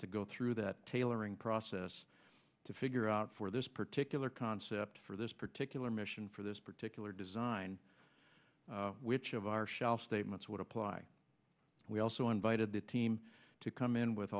to go through that tailoring process to figure out for this particular concept for this particular mission for this particular design which of our shell statements would apply we also invited the team to come in with